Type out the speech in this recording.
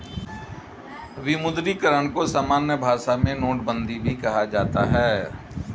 विमुद्रीकरण को सामान्य भाषा में नोटबन्दी भी कहा जाता है